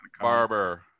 barber